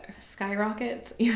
skyrockets